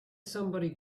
somebody